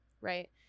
right